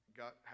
got